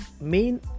main